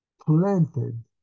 planted